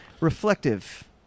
Reflective